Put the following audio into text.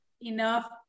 enough